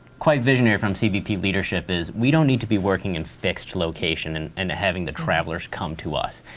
quite visionary from cbp leadership is we don't need to be working in fixed location and and having the travelers come to us.